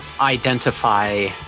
identify